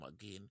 again